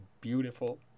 beautiful